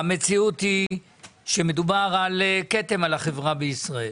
המציאות היא שמדובר על כתם על החברה בישראל.